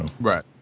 Right